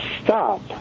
stop